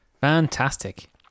Fantastic